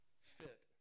fit